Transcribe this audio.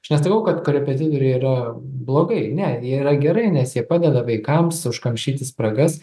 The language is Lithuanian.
aš nesakau kad korepetitoriai yra blogai ne jie yra gerai nes jie padeda vaikams užkamšyti spragas